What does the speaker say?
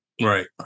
Right